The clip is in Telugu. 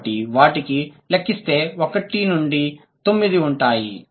కాబట్టి వాటిని లెక్కిస్తే 1 2 3 4 5 6 7 8 9 ఉంటాయి